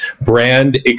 brand